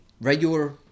regular